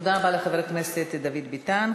תודה רבה לחבר הכנסת דוד ביטן.